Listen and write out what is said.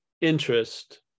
interest